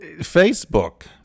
Facebook